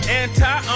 anti